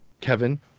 kevin